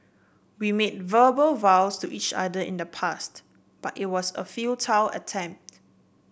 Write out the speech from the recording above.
we made verbal vows to each other in the past but it was a futile attempt